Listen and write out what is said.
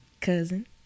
cousin